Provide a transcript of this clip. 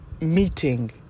meeting